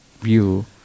view